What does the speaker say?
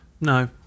No